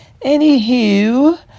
Anywho